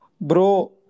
Bro